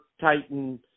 Titan